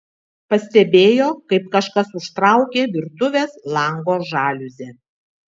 pastebėjo kaip kažkas užtraukė virtuvės lango žaliuzę